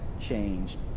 changed